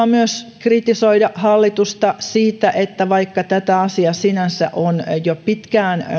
myös perusteltua kritisoida hallitusta siitä että vaikka tätä asiaa sinänsä on jo pitkään